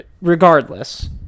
Regardless